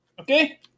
Okay